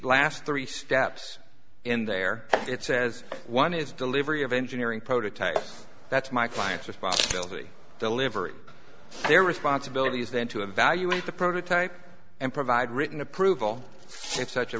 last three steps in there it says one is delivery of engineering prototypes that's my client's responsibility delivery their responsibilities then to evaluate the prototype and provide written approval in such a